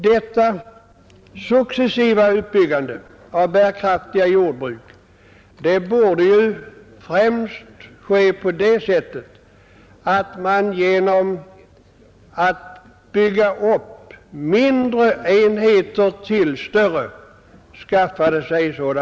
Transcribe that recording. Detta successiva uppbyggande av bärkraftiga jordbruk borde ju främst ske genom att man byggde upp mindre enheter till större.